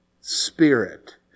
spirit